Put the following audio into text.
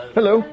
Hello